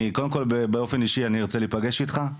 קודם כל באופן אישי אני ארצה להיפגש איתך,